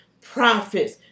prophets